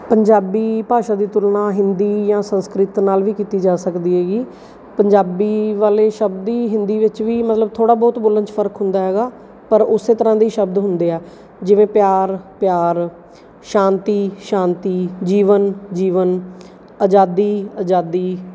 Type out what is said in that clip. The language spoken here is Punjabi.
ਪੰਜਾਬੀ ਭਾਸ਼ਾ ਦੀ ਤੁਲਨਾ ਹਿੰਦੀ ਜਾਂ ਸੰਸਕ੍ਰਿਤ ਨਾਲ ਵੀ ਕੀਤੀ ਜਾ ਸਕਦੀ ਹੈਗੀ ਪੰਜਾਬੀ ਵਾਲੇ ਸ਼ਬਦ ਹੀ ਹਿੰਦੀ ਵਿੱਚ ਵੀ ਮਤਲਬ ਥੋੜ੍ਹਾ ਬਹੁਤ ਬੋਲਣ 'ਚ ਫਰਕ ਹੁੰਦਾ ਹੈਗਾ ਪਰ ਉਸ ਤਰ੍ਹਾਂ ਦੇ ਹੀ ਸ਼ਬਦ ਹੁੰਦੇ ਆ ਜਿਵੇਂ ਪਿਆਰ ਪਿਆਰ ਸ਼ਾਂਤੀ ਸ਼ਾਂਤੀ ਜੀਵਨ ਜੀਵਨ ਆਜ਼ਾਦੀ ਆਜ਼ਾਦੀ